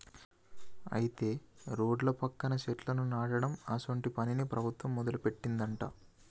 అయితే రోడ్ల పక్కన సెట్లను నాటడం అసోంటి పనిని ప్రభుత్వం మొదలుపెట్టిందట